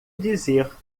dizer